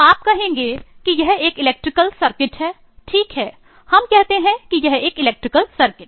आप कहेंगे कि यह एक इलेक्ट्रिकल सर्किट है